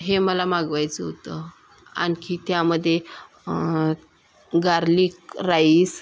हे मला मागवायचं होतं आणखी त्यामध्ये गार्लिक राईस